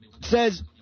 says